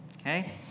Okay